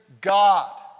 God